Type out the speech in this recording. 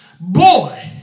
boy